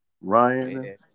Ryan